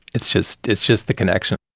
it's just it's just the connection.